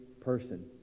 person